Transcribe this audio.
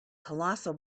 colossal